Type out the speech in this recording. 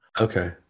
Okay